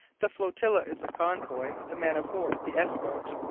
the flotilla is the convoy, the man-of-war the escort.